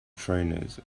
trainers